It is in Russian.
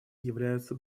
являются